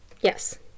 Yes